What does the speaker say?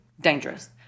dangerous